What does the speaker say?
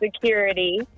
security